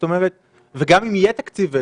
גם אם יהיה לה תקציב,